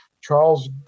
Charles